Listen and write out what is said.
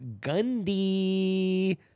Gundy